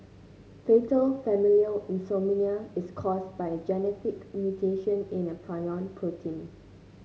fatal familial insomnia is caused by a genetic mutation in a prion protein